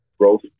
growth